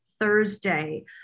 Thursday